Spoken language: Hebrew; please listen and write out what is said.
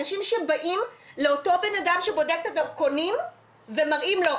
אנשים שבאים לאותו בן אדם שבודק את הדרכונים ומראים לו,